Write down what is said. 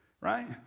Right